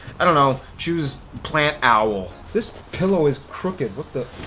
i don't know, choose plant owl. this pillow is crooked. what the